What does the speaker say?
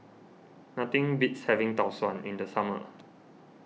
nothing beats having Tau Suan in the summer